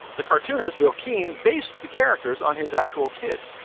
the cartoon is will keane based the characters on his actual kids.